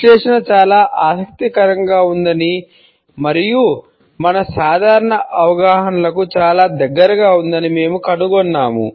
విశ్లేషణ చాలా ఆసక్తికరంగా ఉందని మరియు మన సాధారణ అవగాహనలకు చాలా దగ్గరగా ఉందని మేము కనుగొన్నాము